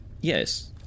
Yes